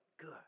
Good